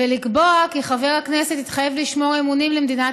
ולקבוע כי חבר הכנסת יתחייב לשמור אמונים למדינת